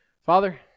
Father